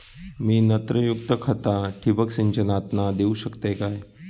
मी नत्रयुक्त खता ठिबक सिंचनातना देऊ शकतय काय?